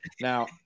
Now